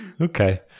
okay